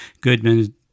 Goodman